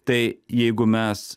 tai jeigu mes